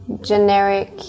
generic